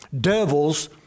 devils